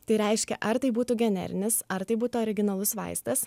tai reiškia ar tai būtų generinis ar tai būtų originalus vaistas